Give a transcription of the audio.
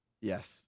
yes